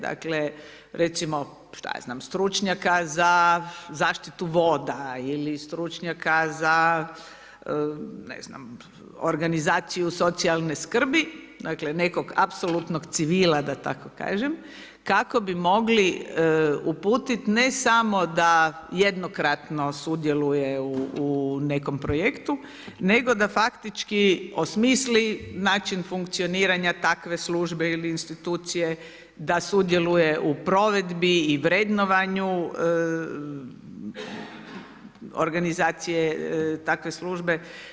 Dakle recimo, što ja znam, stručnjaka za zaštitu voda ili stručnjaka za, ne znam, organizaciju socijalne skrbi, dakle nekog apsolutno civila, da tako kažem kako bi mogli uputit ne samo da jednokratno sudjeluje u nekom projektu nego da faktički osmisli način funkcioniranja takve službe ili institucije da sudjeluje u provedbi i vrednovanju organizacije takve službe.